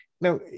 now